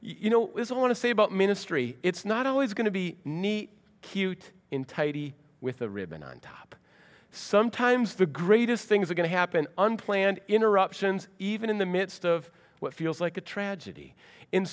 you know i want to say about ministry it's not always going to be neat cute in tidy with a ribbon on top sometimes the greatest things are going to happen unplanned interruptions even in the midst of what feels like a tragedy